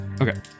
Okay